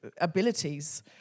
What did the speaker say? abilities